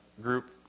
group